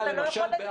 למשל,